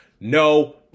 No